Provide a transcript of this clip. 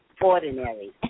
ordinary